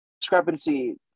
discrepancy